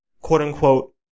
quote-unquote